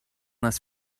less